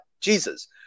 Jesus